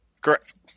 Correct